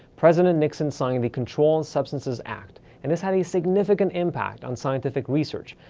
president nixon signed the controlled substances act, and this had a significant impact on scientific research,